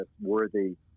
worthy